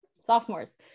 sophomores